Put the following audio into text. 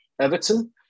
Everton